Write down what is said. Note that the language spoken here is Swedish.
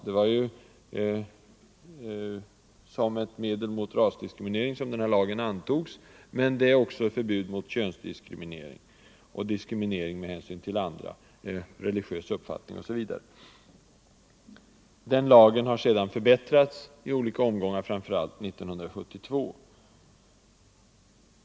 Det var ju som ett medel mot rasdiskriminering den här lagen antogs, men den innebar också förbud mot könsdiskriminering liksom mot diskriminering på grund av religiös uppfattning osv. Den lagen har sedan förbättrats i olika omgångar, framför allt 1972.